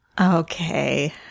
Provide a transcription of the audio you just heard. Okay